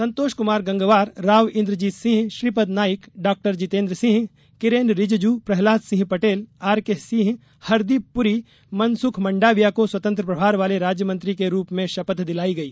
संतोष Kumar Gangwar Rao Inderjit Singh Shripad Naik Dr Jitendra Singh Kiren Rijiju Prahlad Singh Patel RK Singh Hardeep Puri Mansukh Mandaviya को स्वतंत्र प्रभार वाले राज्य मंत्री के रूप में शपथ दिलाई गई